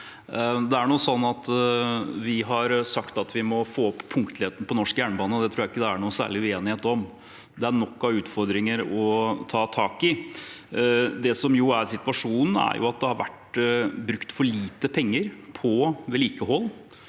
Vi har sagt at vi må få opp punktligheten på norsk jernbane, og det tror jeg ikke det er noen særlig uenighet om. Det er nok av utfordringer å ta tak i. Det som er situasjonen, er at det har vært brukt for lite penger på vedlikehold,